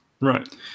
Right